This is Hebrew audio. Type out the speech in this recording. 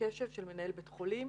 לקשב של מנהל בית חולים